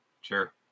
Sure